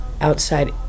outside